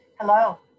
hello